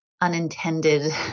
unintended